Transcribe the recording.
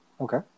okay